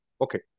okay